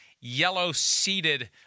yellow-seated